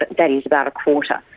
but that is about a quarter.